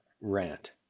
rant